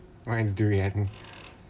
mine's durian